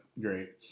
Great